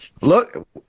Look